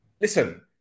listen